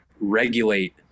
regulate